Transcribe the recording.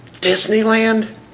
Disneyland